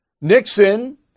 Nixon